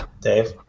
Dave